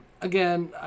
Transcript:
again